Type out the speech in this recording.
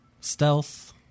stealth